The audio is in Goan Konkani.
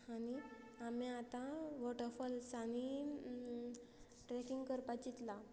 आनी आमी आतां वॉटरफॉल्सांनी ट्रॅकिंग करपा चिंतलां